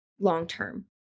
long-term